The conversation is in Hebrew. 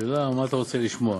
השאלה מה אתה רוצה לשמוע.